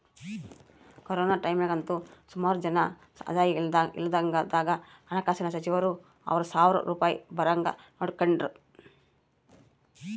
corona ಟೈಮ್ನಾಗಂತೂ ಸುಮಾರು ಜನ ಆದಾಯ ಇಲ್ದಂಗಾದಾಗ ಹಣಕಾಸಿನ ಸಚಿವರು ಆರು ಸಾವ್ರ ರೂಪಾಯ್ ಬರಂಗ್ ನೋಡಿಕೆಂಡ್ರು